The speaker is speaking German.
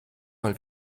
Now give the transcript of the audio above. mal